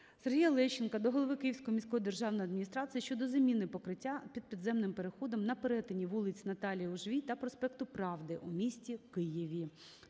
Сергія Лещенка до голови Київської міської державної адміністрації щодо заміни покриття над підземним переходом на перетині вулиці Наталії Ужвій та проспекту Правди у місті Києві.